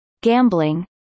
gambling